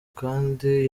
kandi